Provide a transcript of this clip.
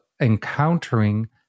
encountering